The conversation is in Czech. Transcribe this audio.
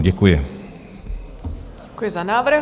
Děkuji za návrh.